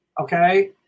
okay